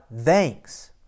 thanks